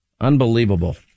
Unbelievable